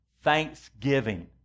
thanksgiving